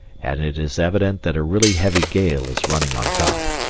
and it is evident that a really heavy gale is running on top.